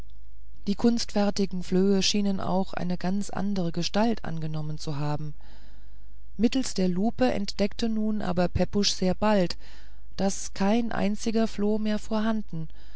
die kunstfertigen flöhe schienen auch eine ganz andre gestalt angenommen zu haben mittelst der lupe entdeckte nun aber pepusch sehr bald daß kein einziger floh mehr vorhanden